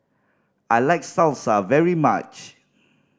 I like Salsa very much